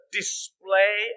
display